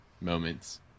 moments